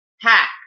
hack